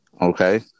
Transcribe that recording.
Okay